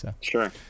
Sure